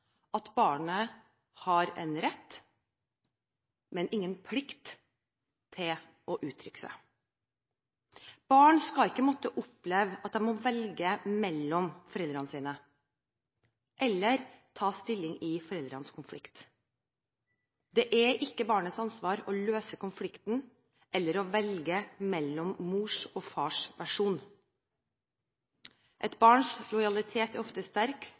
at barnet har en rett – men ingen plikt – til å uttrykke seg. Barn skal ikke måtte oppleve at de må velge mellom foreldrene sine, eller ta stilling i foreldrenes konflikt. Det er ikke barnets ansvar å løse konflikten eller å velge mellom mors og fars versjon. Et barns lojalitet er ofte sterk,